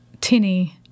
tinny